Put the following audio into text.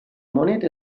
monete